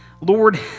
Lord